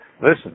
listen